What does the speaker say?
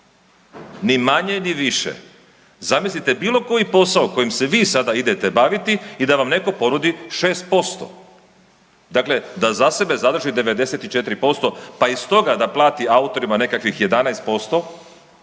Ni manje ni više. Zamislite, bilo koji posao kojim se vi sada idete baviti i da vam netko ponudi 6%. Dakle, da za sebe zadrži 94%, pa iz toga da plati autorima nekakvih 11%,